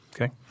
Okay